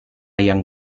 yang